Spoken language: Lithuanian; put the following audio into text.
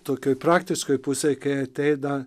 tokioj prakiškoj pusėj kai ateina